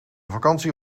vakantie